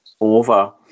over